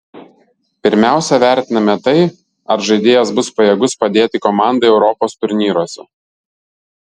pirmiausia vertiname tai ar žaidėjas bus pajėgus padėti komandai europos turnyruose